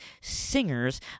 singers